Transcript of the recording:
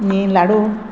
नी लाडू